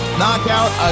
knockout